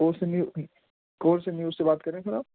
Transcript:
کون سے نیو کون سے نیوز سے بات کر رہے ہیں سر آپ